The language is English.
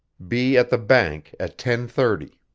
be at the bank at ten thirty.